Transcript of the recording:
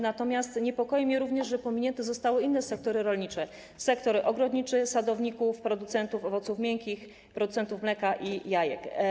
Natomiast niepokoi mnie również, że pominięte zostały inne sektory rolnicze: ogrodniczy, sadowników, producentów owoców miękkich, producentów mleka i jajek.